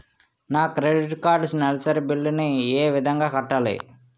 నా credit card నెలసరి bill ని ఏ విధంగా కట్టాలి?